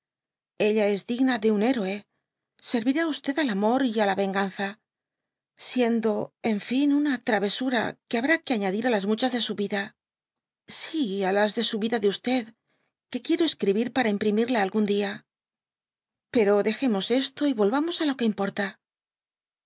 ella es digna de un héroe servirá t al amor y á la venganza siendo en fin una travesura que habrá que añadir á las muchas de su vida sí á las de su vida de que quiero escribir para imprínísrla algim dia dby google pero dejemos esto y toltaraos i lo que importa